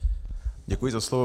Děkuji za slovo.